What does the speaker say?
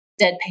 deadpan